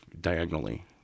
diagonally